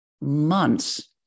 months